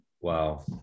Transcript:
wow